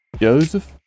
Joseph